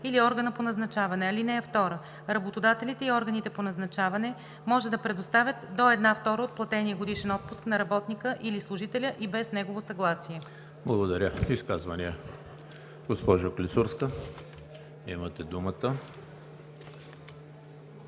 или органа по назначаване. (2) Работодателите и органите по назначаване може да предоставят до една втора от платения годишен отпуск на работника или служителя и без негово съгласие.“ ПРЕДСЕДАТЕЛ ЕМИЛ ХРИСТОВ: Изказвания? Госпожо Клисурска, имате думата.